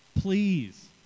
please